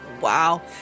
Wow